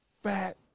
Fat